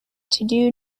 todo